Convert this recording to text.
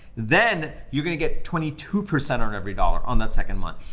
then you're gonna get twenty two percent on every dollar on that second month.